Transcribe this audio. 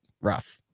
rough